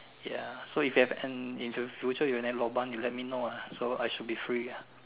ya so you have any in the future you have any Lobang you let me know ah so I should be free ah